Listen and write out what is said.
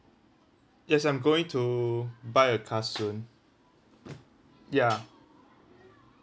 yes I'm going to buy a car soon ya